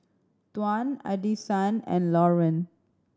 Tuan Addisyn and Lauren